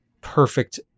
perfect